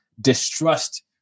distrust